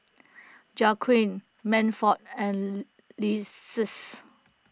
Jaquan Manford and Lexis